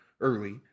early